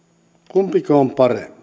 kumpiko